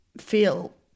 feel